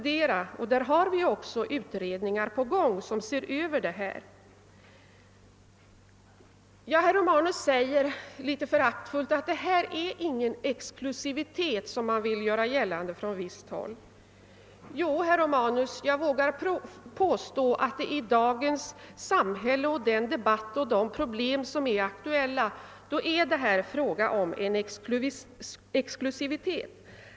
Det pågår också utredningar som ser över detta problem. Herr Romanus sade litet föraktfullt att det inte rör sig om någon exklusivitet vilket gjorts gällande på visst håll. Jo, herr Romanus, jag vågar påstå att det i dagens samhälle med den debatt och de problem som är aktuella verkligen är fråga om en exklusivitet.